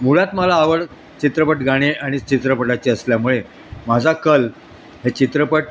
मुळात मला आवड चित्रपट गाणे आणि चित्रपटाची असल्यामुळे माझा कल हे चित्रपट